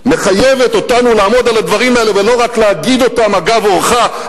מחייבת אותנו לעמוד על הדברים האלה ולא רק להגיד אותם אגב אורחא,